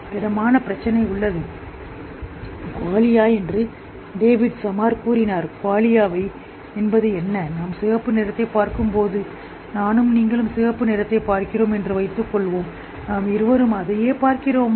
heart பிரச்சனைஉள்ளது குவாலியாவிற்கு என்ன டேவிட் சமார் கூறினார் குவாலியாவை குவாலியா என்பது நாம் சிவப்பு நிறத்தைப் பார்க்கும்போது நானும் நீங்களும் சிவப்பு நிறத்தைப் பார்க்கிறோம் நாங்கள் அதையே பார்க்கிறோமா